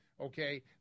okay